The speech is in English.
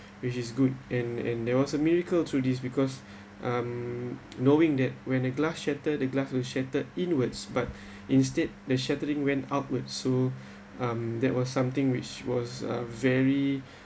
which is good and and there was a miracle through this because um knowing that when a glass shattered the glass will shattered inward but instead the shattering went upward so um that was something which was uh very